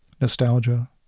nostalgia